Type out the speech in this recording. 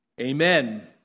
amen